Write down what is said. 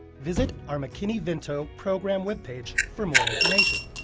visit our mckinney vento program web page for more information.